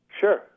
Sure